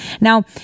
Now